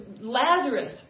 Lazarus